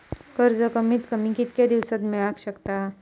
कर्ज कमीत कमी कितक्या दिवसात मेलक शकता?